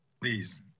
Please